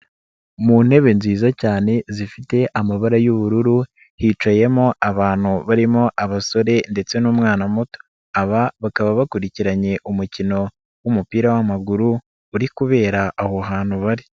Mu ntebe nziza cyane zifite amabara y'ubururu, hicayemo abantu barimo abasore ndetse n'umwana muto, aba bakaba bakurikiranye umukino w'umupira w'amaguru, uri kubera aho hantu bari.